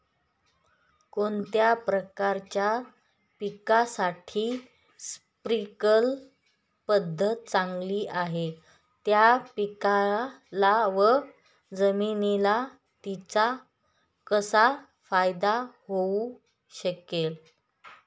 कोणत्या प्रकारच्या पिकासाठी स्प्रिंकल पद्धत चांगली आहे? त्या पिकाला व जमिनीला तिचा कसा फायदा होऊ शकेल?